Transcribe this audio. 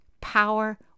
power